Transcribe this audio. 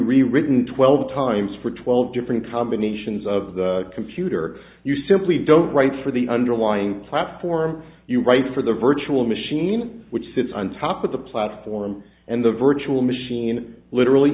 rewritten twelve times for twelve different combinations of the computer you simply don't write for the underlying platform you write for the virtual machine which sits on top of the platform and the virtual machine literally